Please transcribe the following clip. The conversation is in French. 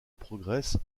progresse